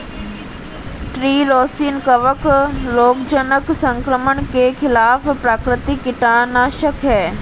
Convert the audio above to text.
tree रोसिन कवक रोगजनक संक्रमण के खिलाफ प्राकृतिक कीटनाशक है